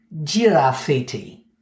Giraffiti